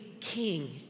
king